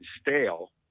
stale